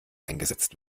eingesetzt